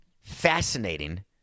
fascinating